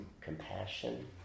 compassion